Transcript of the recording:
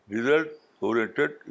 Result-oriented